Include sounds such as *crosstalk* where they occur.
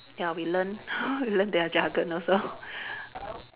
ya we learn *laughs* we learn their jargon also